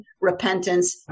repentance